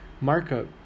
Markup